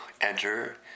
Enter